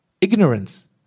ignorance